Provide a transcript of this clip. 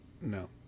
No